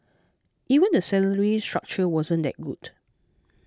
even the salary structure wasn't that good